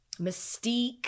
mystique